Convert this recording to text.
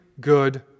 good